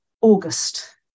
August